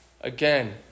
again